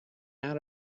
out